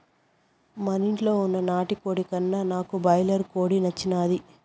మనింట్ల వున్న నాటుకోడి కన్నా నీకు బాయిలర్ కోడి నచ్చినాదా